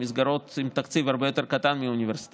מסגרות עם תקציב הרבה יותר קטן מאוניברסיטאות,